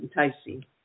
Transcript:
enticing